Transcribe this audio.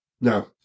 No